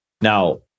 Now